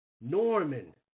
Norman